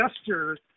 gesture